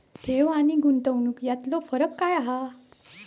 ठेव आनी गुंतवणूक यातलो फरक काय हा?